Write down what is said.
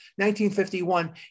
1951